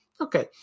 okay